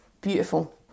beautiful